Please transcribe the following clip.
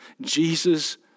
Jesus